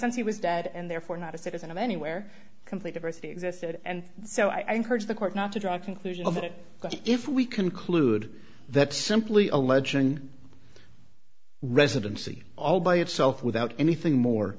since he was dead and therefore not a citizen of anywhere complete diversity existed and so i encourage the court not to draw a conclusion of it if we conclude that simply alleging residency all by itself without anything more